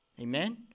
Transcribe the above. Amen